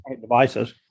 devices